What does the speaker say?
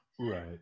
Right